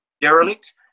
derelict